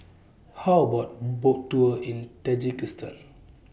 How about A Boat Tour in Tajikistan